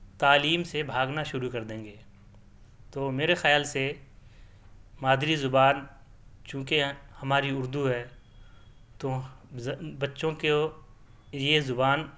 تعلیم سے بھاگنا شروع کر دیں گے تو میرے خیال سے مادری زبان چونکہ ہماری اردو ہے تو بچوں کو یہ زبان